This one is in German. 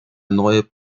neue